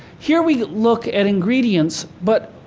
here, we look at ingredients, but